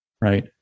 right